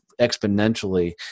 exponentially